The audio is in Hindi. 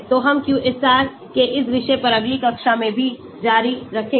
तो हम QSAR के इस विषय पर अगली कक्षा में भी जारी रखेंगे